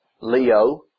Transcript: Leo